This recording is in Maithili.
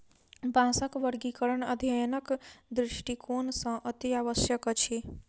बाँसक वर्गीकरण अध्ययनक दृष्टिकोण सॅ अतिआवश्यक अछि